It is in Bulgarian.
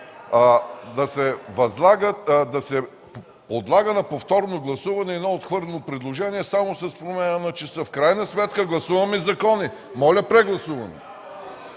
да се подлага на повторно гласуване отхвърлено предложение само с промяна на часа. В крайна сметка гласуваме закони. Моля за прегласуване.